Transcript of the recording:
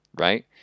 right